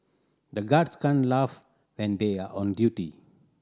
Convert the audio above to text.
the guards can laugh when they are on duty